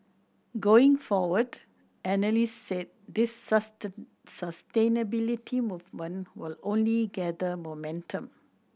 going forward analysts said this sustain sustainability movement will only gather momentum